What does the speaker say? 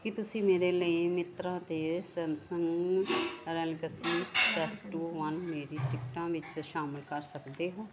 ਕੀ ਤੁਸੀਂ ਮੇਰੇ ਲਈ ਮਿੰਤਰਾ 'ਤੇ Samsung Galaxy S two one ਮੇਰੀ ਕਿੱਟਾਂ ਵਿੱਚ ਸ਼ਾਮਿਲ ਕਰ ਸਕਦੇ ਹੋ